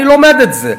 אני לומד את זה.